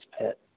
pit